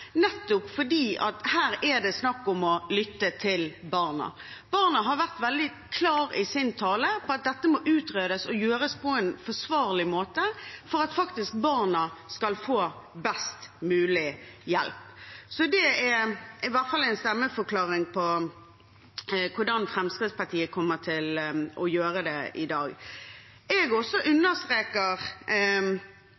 nettopp fordi det her er snakk om å lytte til barna. Barna har vært veldig klar i sin tale på at dette må utredes og gjøres på en forsvarlig måte for at de faktisk skal få best mulig hjelp. Så det er i hvert fall en stemmeforklaring på hva Fremskrittspartiet kommer til å gjøre i dag. Jeg vil også